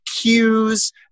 cues